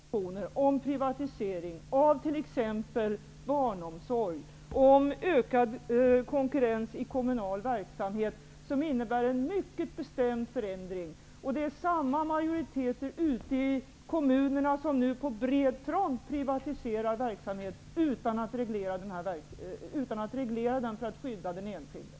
Herr talman! Har inte regeringen lagt fram propositioner om privatisering av t.ex. barnomsorg och om ökad konkurrens i kommunal verksamhet, som innebär en mycket bestämd förändring? Det är samma majoriteter ute i kommunerna som nu på bred front privatiserar verksamhet, utan att reglera den för att skydda den enskilde.